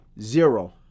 Zero